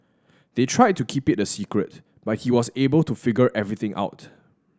they tried to keep it a secret but he was able to figure everything out